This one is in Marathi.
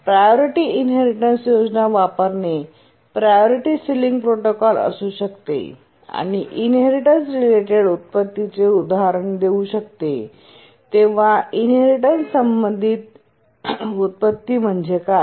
प्रायोरिटी इन्हेरीटन्स योजना वापरणे प्रायोरिटी सिलिंग प्रोटोकॉल असू शकते आणि इन्हेरीटन्स रिलेटेड उत्पत्तीचे उदाहरण देऊ शकते तेव्हा इन्हेरीटन्स संबंधित उत्पत्ती म्हणजे काय